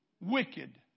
wicked